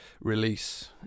release